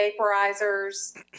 vaporizers